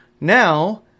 Now